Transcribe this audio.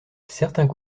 certains